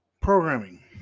programming